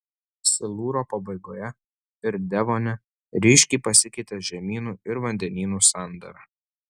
silūro pabaigoje ir devone ryškiai pasikeitė žemynų ir vandenynų sandara